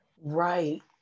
Right